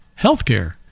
Healthcare